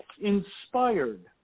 inspired